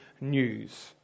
news